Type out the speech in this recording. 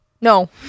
No